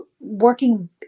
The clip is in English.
working